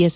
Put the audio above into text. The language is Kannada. ಎಸ್